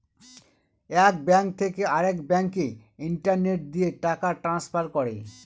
এক ব্যাঙ্ক থেকে আরেক ব্যাঙ্কে ইন্টারনেট দিয়ে টাকা ট্রান্সফার করে